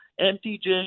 MTJ